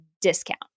discount